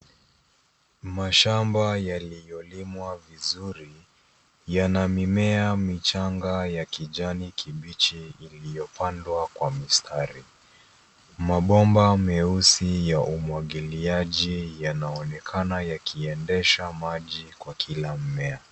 Mashamba yaliyolimwa vizuri, yana mimea michanga ya kijani kibichi iliyopandwa kwa mistari. Mabomba meusi ya umwagiliaji yanaonekana yakiendesha maji kwa kila mmea.